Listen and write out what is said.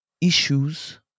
issues